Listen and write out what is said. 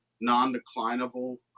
non-declinable